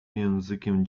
językiem